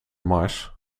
mars